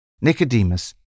Nicodemus